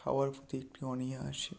খাওয়ার প্রতি একটি অনীহা আসে